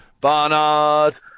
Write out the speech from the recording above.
Barnard